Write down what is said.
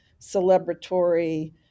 celebratory